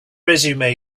resume